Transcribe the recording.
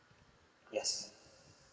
yes